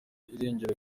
irengero